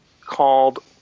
called